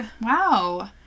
Wow